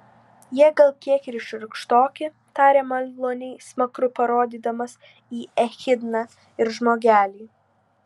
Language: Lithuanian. jie gal kiek ir šiurkštoki tarė maloniai smakru parodydamas į echidną ir žmogelį